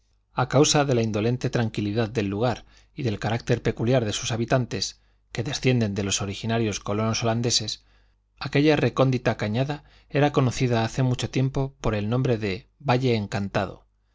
a causa de la indolente tranquilidad del lugar y del carácter peculiar de sus habitantes que descienden de los originarios colonos holandeses aquella recóndita cañada era conocida hace mucho tiempo por el nombre de valle encantado